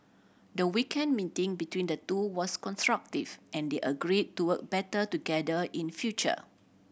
the weekend meeting between the two was constructive and they agree to work better together in future